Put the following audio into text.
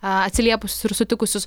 a atsiliepusius ir sutikusius